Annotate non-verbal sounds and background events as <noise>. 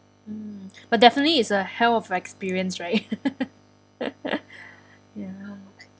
mm but definitely is a hell of experience right <laughs> ya